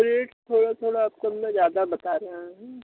rate थोड़ा थोड़ा आपको हमने ज़्यादा बता रहे हैं